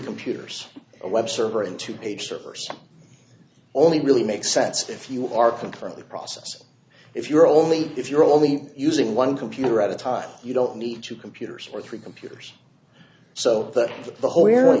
computers a web server and two page servers only really makes sense if you are concurrently process if you're only if you're only using one computer at a time you don't need two computers or three computers so that the whole